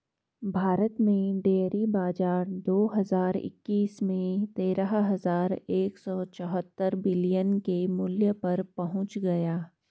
भारत में डेयरी बाजार दो हज़ार इक्कीस में तेरह हज़ार एक सौ चौहत्तर बिलियन के मूल्य पर पहुंच गया